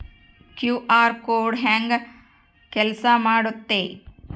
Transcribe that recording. QR code ಹೆಂಗ ಕೆಲಸ ಮಾಡುತ್ತೆ?